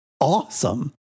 awesome